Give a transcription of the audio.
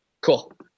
cool